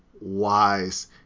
wise